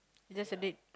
just a date